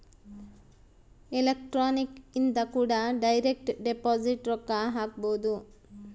electronic ಇಂದ ಕೂಡ direct deposit ರೊಕ್ಕ ಹಾಕ್ಬೊದು